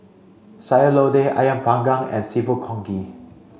Sayur Lodeh Ayam panggang and seafood Congee